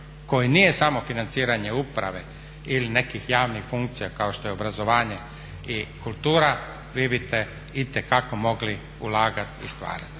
koji nije samo financiranje uprave ili nekih javnih funkcija kao što je obrazovanje i kulture vi bite itekako mogli ulagati i stvarati.